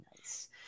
nice